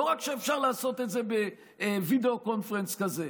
לא רק שאפשר לעשות את זה בווידיאו קונפרנס כזה,